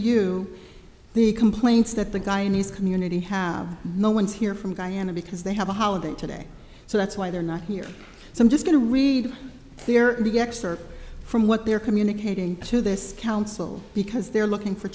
you the complaints that the guy and his community have no one's here from guyana because they have a holiday today so that's why they're not here so i'm just going to read here the excerpt from what they're communicating to this council because they're looking for